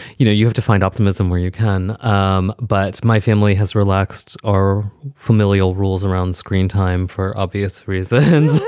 you know, you have to find optimism where you can um but my family has relaxed or familial rules around screen time for obvious reasons.